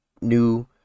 new